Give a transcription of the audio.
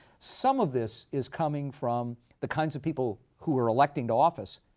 some of this is coming from the kinds of people who we're electing to office,